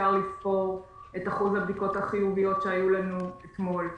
אפשר לספור את אחוז הבדיקות החיוביות שהיו לנו אתמול,